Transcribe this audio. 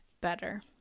better